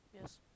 Yes